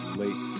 late